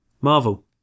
Marvel